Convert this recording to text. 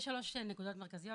ישנן שלוש נקודות מרכזיות,